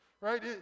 right